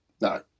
no